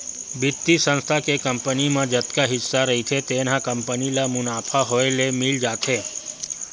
बित्तीय संस्था के कंपनी म जतका हिस्सा रहिथे तेन ह कंपनी ल मुनाफा होए ले मिल जाथे